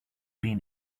been